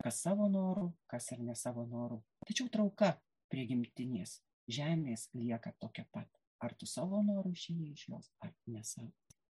kas savo noru kas ir ne savo noru tačiau trauka prie gimtinės žemės lieka tokia pat ar tu savo noru išėjai iš jos ar ne savo